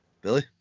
Billy